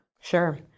Sure